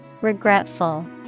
Regretful